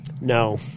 No